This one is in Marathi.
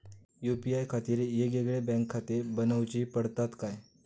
यू.पी.आय खातीर येगयेगळे बँकखाते बनऊची पडतात काय?